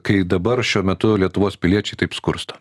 kai dabar šiuo metu lietuvos piliečiai taip skursta